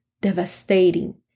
devastating